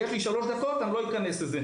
יש לי שלוש דקות אז אני לא אכנס לזה.